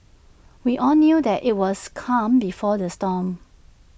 we all knew that IT was calm before the storm